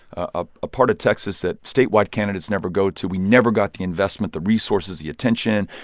ah a part of texas that statewide candidates never go to. we never got the investment, the resources, the attention.